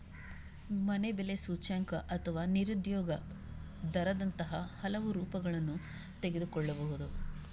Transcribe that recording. ಮನೆ ಬೆಲೆ ಸೂಚ್ಯಂಕ ಅಥವಾ ನಿರುದ್ಯೋಗ ದರದಂತಹ ಹಲವು ರೂಪಗಳನ್ನು ತೆಗೆದುಕೊಳ್ಳಬಹುದು